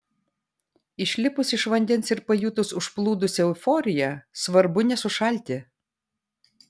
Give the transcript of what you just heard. išlipus iš vandens ir pajutus užplūdusią euforiją svarbu nesušalti